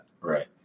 Right